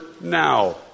now